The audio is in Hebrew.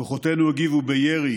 כוחותינו הגיבו בירי